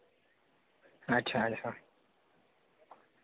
अच्छा अच्छा